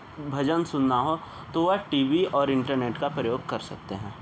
भजन सुनना हो तो वह टी वी और इंटरनेट का प्रयोग कर सकते हैं